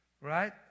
Right